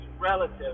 relative